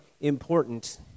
important